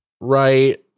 Right